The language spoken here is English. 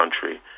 country